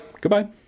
Goodbye